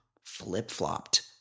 flip-flopped